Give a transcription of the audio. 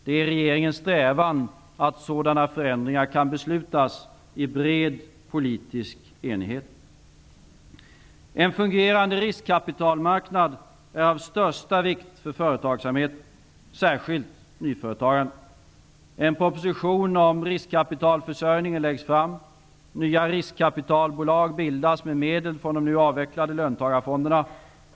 Det är regeringens strävan att sådana förändringar kan beslutas i bred politisk enighet. En fungerande riskkapitalmarknad är av största vikt för företagsamheten, särskilt för nyföretagandet. En proposition om riskkapitalförsörjningen läggs fram. Nya riskkapitalbolag bildas med medel från de nu avvecklade löntagarfonderna.